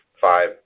five